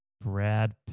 Brad